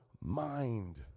mind